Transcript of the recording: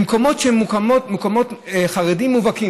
במקומות חרדיים מובהקים,